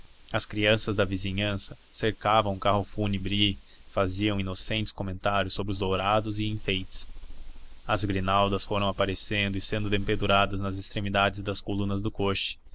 as crianças da vizinhança cercavam o carro fúnebre e faziam inocentes comentários sobre os dourados e enfeites as grinaldas foram aparecendo e sendo penduradas nas extremidades das colunas do